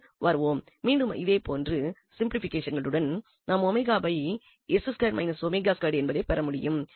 க்கு வருகிறோம் மீண்டும் அதே போன்ற ஸ்ப்ளிட்டிங்குடன் நாம் என்பதை பெறமுடியும்